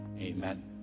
Amen